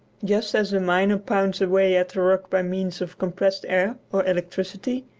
just as the miner pounds away at the rock by means of compressed air or electricity,